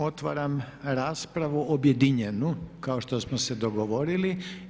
Otvaram raspravu objedinjenu kao što smo se dogovorili.